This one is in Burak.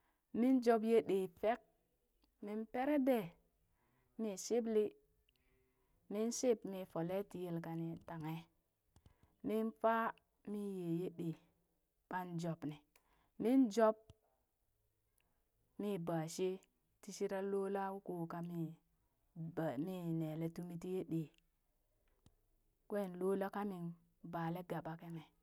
Min joob yee ɗee fek min peree dee min shiblee min shib mi folee tii yelkani tanghe min faa mi yee ye ɗee ɓaan joob ni min joob mi bashee tii shiran loo lau koo kami baa mi nele tumi tii yee ɗee kwen loo laa kamin balee gaba kimi.